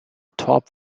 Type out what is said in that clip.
top